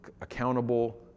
accountable